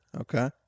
Okay